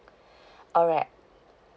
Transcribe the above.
alright